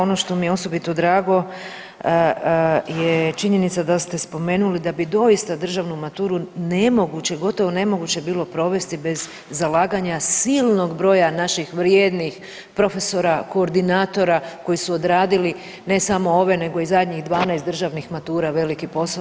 Ono što mi je osobito drago je činjenica da ste spomenuli da bi doista državnu maturu nemoguće, gotovo nemoguće bilo provesti bez zalaganja silnog broja naših vrijednih profesora, koordinatora koji su odradili ne samo ove nego i zadnjih 12 državnih matura veliki posao.